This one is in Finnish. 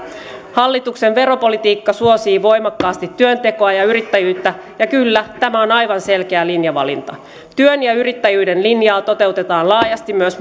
hallituksen veropolitiikka suosii voimakkaasti työntekoa ja yrittäjyyttä ja kyllä tämä on aivan selkeä linjavalinta työn ja yrittäjyyden linjaa toteutetaan laajasti myös